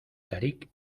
tarik